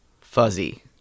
Fuzzy